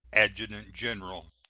adjutant-general.